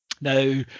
now